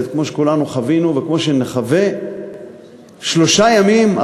כמו שכולנו חווינו וכמו שנחווה שלושה ימים,